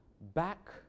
Back